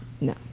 No